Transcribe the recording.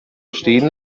stehen